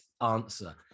answer